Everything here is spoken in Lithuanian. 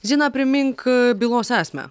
zina primink bylos esmę